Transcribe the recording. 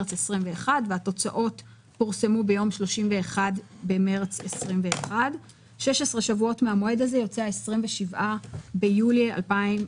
במרץ 2021 והתוצאות פורסמו ביום 31 במרץ 2021. 16 שבועות מן המועד הזה יוצא ה-27 ביולי 2021,